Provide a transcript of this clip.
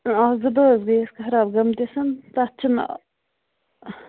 اَکھ زٕ دۄہ حظ گٔیَس خراب گٲمٕتِس تتھ چھُنہٕ آ